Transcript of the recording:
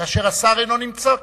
כאשר השר אינו נמצא כאן.